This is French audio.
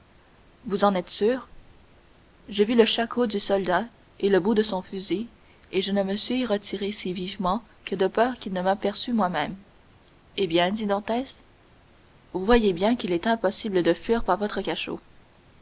vous en êtes sûr j'ai vu le shako du soldat et le bout de son fusil et je ne me suis retiré si vivement que de peur qu'il ne m'aperçût moi-même eh bien dit dantès vous voyez bien qu'il est impossible de fuir par votre cachot